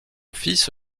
fils